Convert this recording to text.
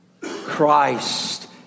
Christ